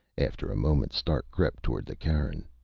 after a moment, stark crept toward the cairn.